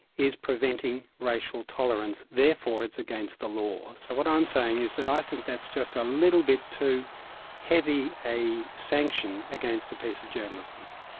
is preventing racial tolerance. therefore it's against the law. so what i'm saying is that i think that's just a little bit too heavy a sanction against a piece of journalism.